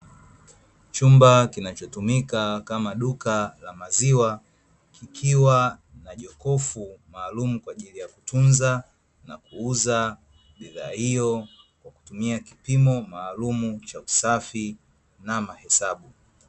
Chumba kinachotumika kama duka la maziwa likiwa na jokofu maalumu kwa ajili ya kutunza na kuuza bidhaa hiyo kwa kutumia kipimo maalumu cha usafi na mahesabu.